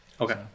Okay